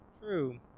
True